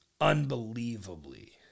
unbelievably